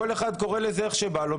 וכל אחד קורה לזה איך שבא לו,